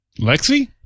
Lexi